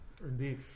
Indeed